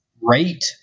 rate